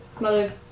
Mother